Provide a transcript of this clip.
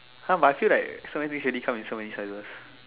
!huh! but I feel like so many things already come in so many sizes